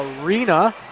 Arena